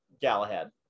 Galahad